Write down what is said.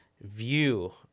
view